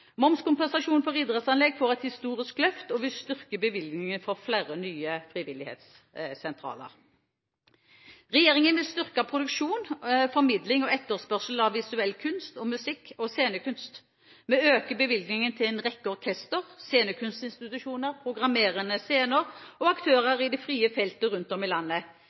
Momskompensasjon for idrettsanlegg får et historisk løft, og vi styrker bevilgningen for flere nye frivillighetssentraler. Regjeringen vil styrke produksjon, formidling og etterspørsel av visuell kunst, musikk og scenekunst. Vi øker bevilgningen til en rekke orkestre, scenekunstinstitusjoner, programmerende scener og aktører i det frie feltet rundt om i landet.